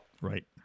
Right